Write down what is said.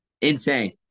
insane